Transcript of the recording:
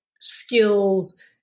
skills